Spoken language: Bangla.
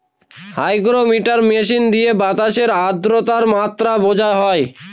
হাইগ্রোমিটার মেশিন দিয়ে বাতাসের আদ্রতার মাত্রা বোঝা হয়